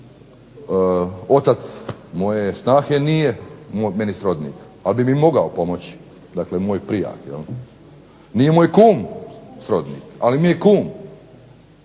otac moje snahe nije meni srodnik ali bi mi mogao pomoći, nije moj kum srodnik ali mi je kum,